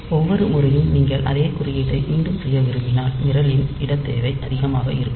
ஒவ்வொரு முறையும் நீங்கள் அதே குறியீட்டை மீண்டும் செய்ய விரும்பினால் நிரலின் இடத்தேவை அதிகமாக இருக்கும்